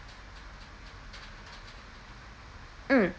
mm